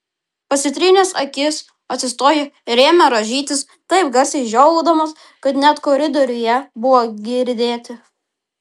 pasitrynęs akis atsistojo ir ėmė rąžytis taip garsiai žiovaudamas kad net koridoriuje buvo girdėti